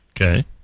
Okay